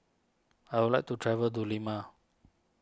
I would like to travel to Lima